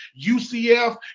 UCF